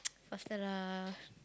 faster lah